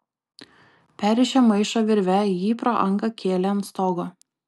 perrišę maišą virve jį pro angą kėlė ant stogo